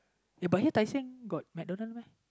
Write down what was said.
but you know Tai-Seng got McDonalds